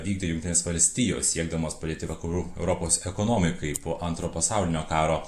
vykdė jungtinės valstijos siekdamos padėti vakarų europos ekonomikai po antro pasaulinio karo